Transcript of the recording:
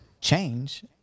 change